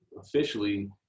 officially